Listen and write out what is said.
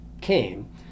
came